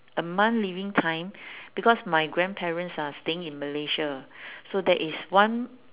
a month living time because my grandparents are staying in malaysia so there is one